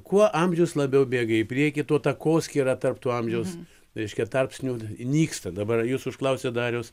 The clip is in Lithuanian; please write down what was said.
kuo amžius labiau bėga į priekį tuo takoskyra tarp tų amžiaus reiškia tarpsnių nyksta dabar jūs užklausėt dariaus